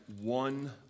one